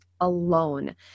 alone